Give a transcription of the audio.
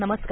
नमस्कार